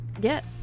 get